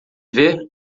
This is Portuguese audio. ver